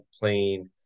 playing